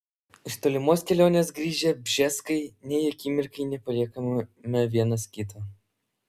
iš tolimos kelionės grįžę bžeskai nei akimirkai nepaliekame vienas kito